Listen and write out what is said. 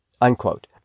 unquote